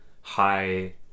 high